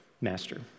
master